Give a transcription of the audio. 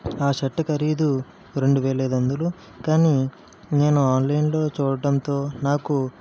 ఆ షర్ట్ ఖరీదు రెండు వేల ఐదు వందలు కానీ నేను ఆన్లైన్లో చూడటంతో నాకు